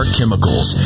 Chemicals